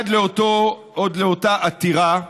עד לאותה עתירה,